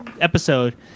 episode